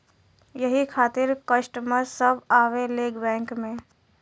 यही खातिन कस्टमर सब आवा ले बैंक मे?